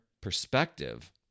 perspective